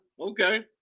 Okay